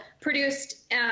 produced